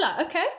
okay